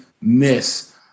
miss